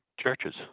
churches